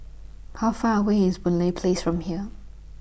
How Far away IS Boon Lay Place from here